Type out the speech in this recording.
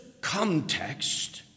context